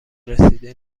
رسیده